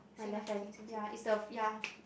my left hand ya is the ya